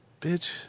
bitch